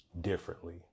differently